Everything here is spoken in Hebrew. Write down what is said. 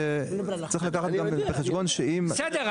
שצריך גם לקחת בחשבון שאם --- בסדר,